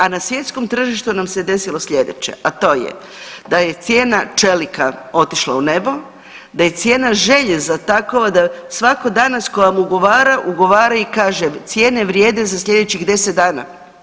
A na svjetskom tržištu nam se desilo sljedeće, a to je da je cijena čelika otišla u nebo, da je cijena željeza takova da svako danas ko vam ugovara, ugovara i kaže cijene vrijede za sljedećih deset dana.